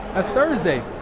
thursday?